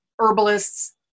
herbalists